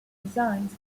designs